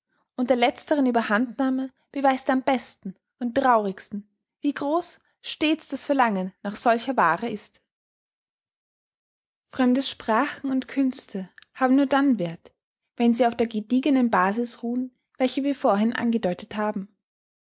und der letzteren ueberhandnahme beweist am besten und traurigsten wie groß stets das verlangen nach solcher waare ist fremde sprachen und künste haben nur dann werth wenn sie auf der gediegenen basis ruhen welche wir vorhin angedeutet haben